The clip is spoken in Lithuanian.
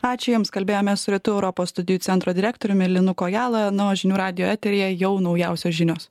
ačiū jums kalbėjomės su rytų europos studijų centro direktoriumi linu kojala na o žinių radijo eteryje jau naujausios žinios